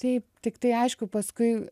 taip tiktai aišku paskui